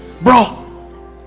Bro